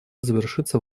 завершится